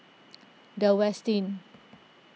the Westin